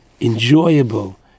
enjoyable